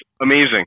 amazing